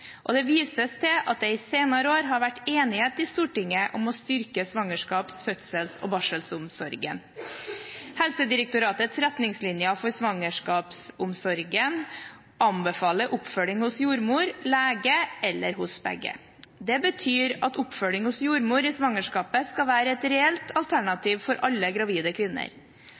Det vises til at det i de senere år har vært enighet i Stortinget om å styrke svangerskaps-, fødsels- og barselomsorgen. Helsedirektoratets retningslinjer for svangerskapsomsorgen anbefaler oppfølging hos jordmor, lege eller hos begge. Det betyr at oppfølging hos jordmor i svangerskapet skal være et reelt